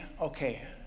okay